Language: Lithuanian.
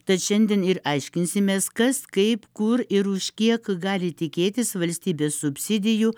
tad šiandien ir aiškinsimės kas kaip kur ir už kiek gali tikėtis valstybės subsidijų